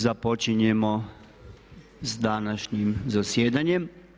Započinjemo s današnjim zasjedanjem.